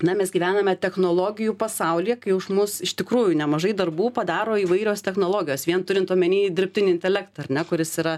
na mes gyvename technologijų pasaulyje kai už mus iš tikrųjų nemažai darbų padaro įvairios technologijos vien turint omeny dirbtinį intelektą ar ne kuris yra